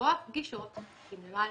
לקבוע פגישות עם למעלה